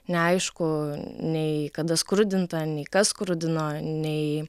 neaišku nei kada skrudinta nei kas skrudino nei